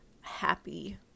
happy